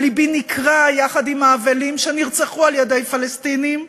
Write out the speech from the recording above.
ולבי נקרע יחד עם האבלים על אלה שנרצחו על-ידי פלסטינים.